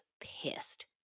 pissed